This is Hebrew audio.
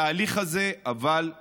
אבל התהליך הזה מתרחש,